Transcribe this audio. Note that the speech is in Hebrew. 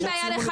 אין מה לעשות.